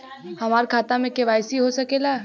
हमार खाता में के.वाइ.सी हो सकेला?